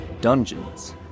Dungeons &